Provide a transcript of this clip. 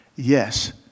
Yes